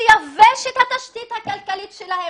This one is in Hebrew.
תייבש את התשתית הכלכלית שלהם.